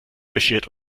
beschert